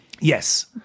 Yes